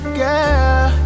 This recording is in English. girl